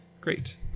Great